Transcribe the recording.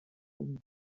punt